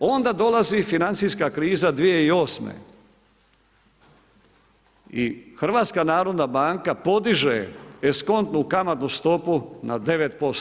Onda dolazi financijska kriza 2008. i HNB podiže eskontnu kamatnu stopu na 9%